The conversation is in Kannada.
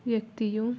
ವ್ಯಕ್ತಿಯು